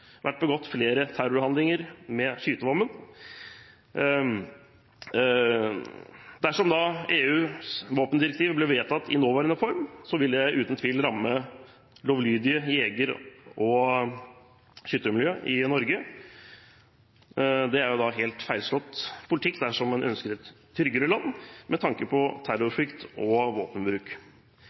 vært begått flere terrorhandlinger med skytevåpen. Dersom EUs våpendirektiv blir vedtatt i nåværende form, vil det uten tvil ramme det lovlydige jeger- og skyttermiljøet i Norge. Det er helt feilslått politikk dersom man ønsker et tryggere land, med tanke på terrorfrykt og våpenbruk.